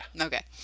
Okay